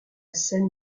scène